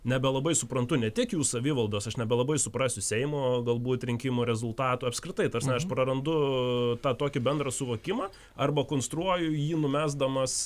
nebelabai suprantu ne tik jų savivaldos aš nebelabai suprasiu seimo galbūt rinkimų rezultatų apskritai ta prasme aš prarandu tą tokį bendrą suvokimą arba konstruoju jį numesdamas